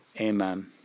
Amen